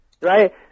Right